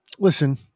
Listen